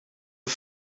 een